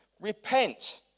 Repent